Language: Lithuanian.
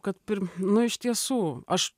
kad pirm nu iš tiesų aš